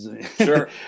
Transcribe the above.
Sure